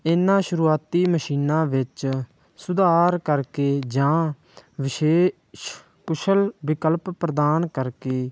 ਇਹਨਾਂ ਸ਼ੁਰੂਆਤੀ ਮਸ਼ੀਨਾਂ ਵਿੱਚ ਸੁਧਾਰ ਕਰਕੇ ਜਾਂ ਵਿਸ਼ੇਸ਼ ਕੁਸ਼ਲ ਵਿਕਲਪ ਪ੍ਰਦਾਨ ਕਰਕੇ